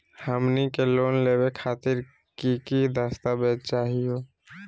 हमनी के लोन लेवे खातीर की की दस्तावेज चाहीयो?